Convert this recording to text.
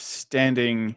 standing